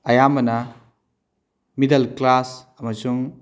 ꯑꯌꯥꯃꯕꯅ middle class ꯑꯃꯁꯨꯡ